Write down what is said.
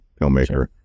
filmmaker